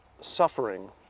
suffering